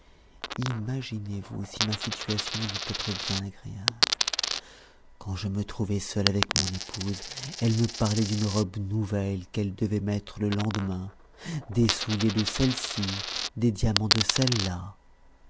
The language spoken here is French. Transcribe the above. imaginez-vous si ma situation dut être bien agréable quand je me trouvais seul avec mon épouse elle me parlait d'une robe nouvelle qu'elle devait mettre le lendemain des souliers de celle-ci des diamants de celle-là